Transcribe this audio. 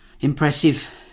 impressive